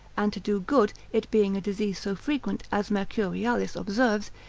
and to do good, it being a disease so frequent, as mercurialis observes,